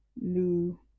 new